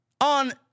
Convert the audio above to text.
on